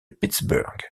pittsburgh